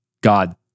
God